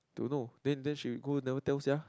don't know then then she go never tell sia